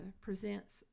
presents